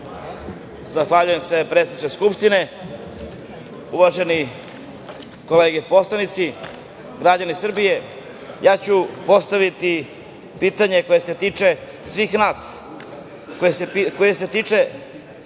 Zahvaljujem se, predsedniče Skupštine. Uvažene kolege poslanici, građani Srbije, ja ću postaviti pitanje koje se tiče svih nas, koje se tiče